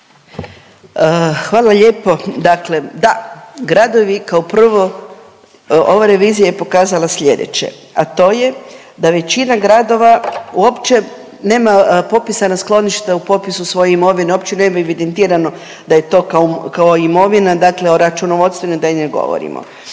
Hvala lijepo. Dakle da, gradovi kao prvo ova revizija je pokazala sljedeće, a to je da većina gradova uopće nema popisana skloništa u popisu svoje imovine, uopće nemaju evidentirano da je to kao imovina, dakle o računovodstvu da i ne govorimo.